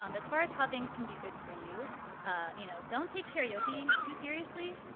um as far as how things can be good for you you know don't take karaoke too seriously.